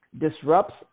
Disrupts